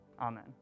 Amen